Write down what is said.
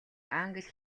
англи